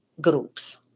groups